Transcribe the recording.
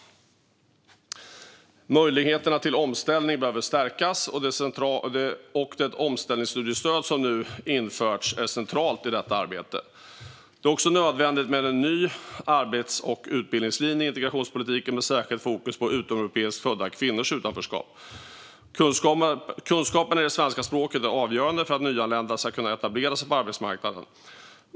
Möjligheterna till omställning behöver stärkas, och det omställningsstudiestöd som nu införts är centralt i detta arbete. Det är också nödvändigt med en ny arbets och utbildningslinje i integrationspolitiken med särskilt fokus på utomeuropeiskt födda kvinnors utanförskap. Kunskaper i det svenska språket är avgörande för att nyanlända ska kunna etablera sig på arbetsmarknaden.